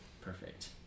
Perfect